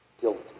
guilty